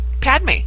Padme